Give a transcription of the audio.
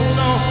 no